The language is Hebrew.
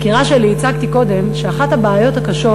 בסקירה שלי הצגתי קודם שאחת הבעיות הקשות